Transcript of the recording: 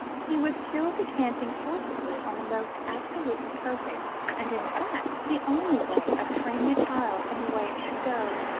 he was still descanting forcibly on the most absolutely perfect, and, in fact, the only way of training a child in the way it should go,